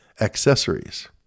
accessories